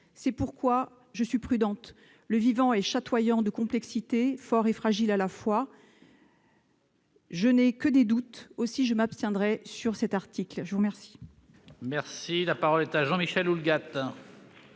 C'est pourquoi je suis prudente : le vivant est chatoyant de complexité, fort et fragile à la fois. Je n'ai que des doutes ; aussi m'abstiendrai-je sur cet article. Très bien